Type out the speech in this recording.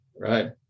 right